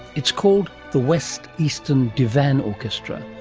it's called the west-eastern divan orchestra,